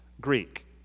Greek